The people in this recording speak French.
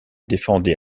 défendait